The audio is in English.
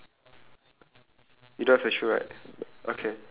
then there's a the girl which is in orange shoe